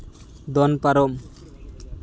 ᱫᱚᱱ ᱯᱟᱨᱚᱢ